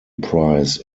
prize